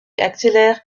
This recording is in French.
accélère